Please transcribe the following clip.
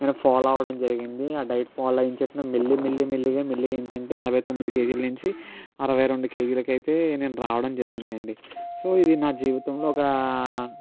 నేను ఫాలో అవ్వడం జరిగింది ఆ డైట్ ఫాలో అయ్యిన చెప్పిన మెల్లి మెల్లి మెల్లిగా ఏంటంటే ఎనభై తొమ్మది కేజీల నుంచి అరవై రెండు కేజీల కైతే నేను రావడం జరిగిందండి సో ఇది నా జీవితంలో ఒక